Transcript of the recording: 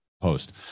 post